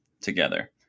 together